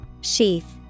sheath